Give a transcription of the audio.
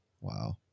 Wow